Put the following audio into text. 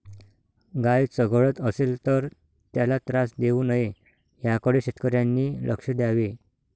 गाय चघळत असेल तर त्याला त्रास देऊ नये याकडे शेतकऱ्यांनी लक्ष द्यावे